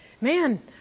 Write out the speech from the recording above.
Man